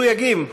מסויגים